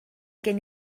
gen